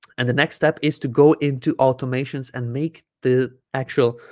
and the next step is to go into automations and make the actual